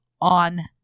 on